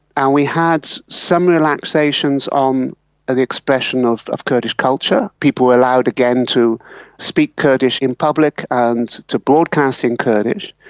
and we had some relaxations on an expression of of kurdish culture. people were allowed again to speak kurdish in public and to broadcast in kurdish.